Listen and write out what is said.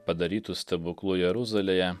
padarytu stebuklu jeruzalėje